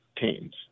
teams